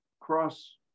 cross